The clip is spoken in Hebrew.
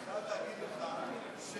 אני חייב להגיד לך שלך,